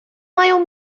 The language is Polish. mają